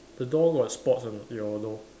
the door got spots or not your door